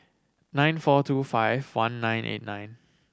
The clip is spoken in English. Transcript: nine four two five one nine eight nine